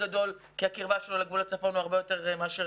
גדול בגלל הקירבה שלו לגבול הצפון לעומת בדרום.